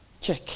Check